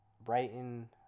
Brighton